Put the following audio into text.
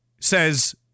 says